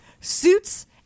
suits